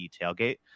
Tailgate